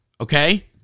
okay